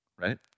right